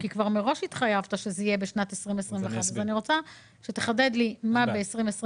כי מראש התחייבת שזה יהיה בשנת 2021. אני רוצה שתחדד לי מה ב-2022.